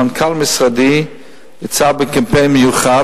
מנכ"ל משרדי יצא בקמפיין מיוחד,